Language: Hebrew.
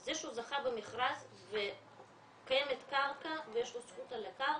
זה שהוא זכה במכרז וקיימת קרקע ויש לו זכות על הקרקע,